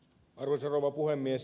arvoisa rouva puhemies